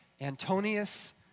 Antonius